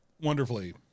wonderfully